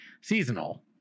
seasonal